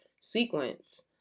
sequence